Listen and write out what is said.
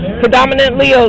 predominantly